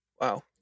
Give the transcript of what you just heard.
Wow